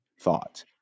thought